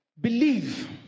believe